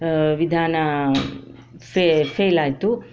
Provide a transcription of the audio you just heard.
ವಿಧಾನ ಫೆ ಫೇಲ್ ಆಯಿತು